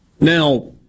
Now